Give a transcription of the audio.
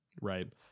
right